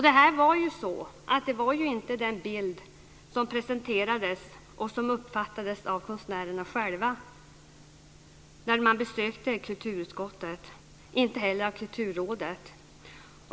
Det var ju inte den bild som presenterades och som uppfattades av konstnärerna själva när de besökte kulturutskottet, inte heller av Kulturrådet.